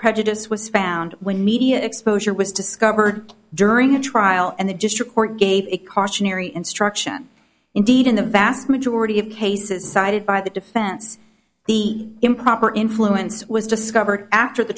prejudice was found when media exposure was discovered during a trial and they just report gave a cautionary instruction indeed in the vast majority of cases cited by the defense the improper influence was discovered after the